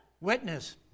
Witness